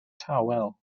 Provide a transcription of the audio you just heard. tawel